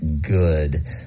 good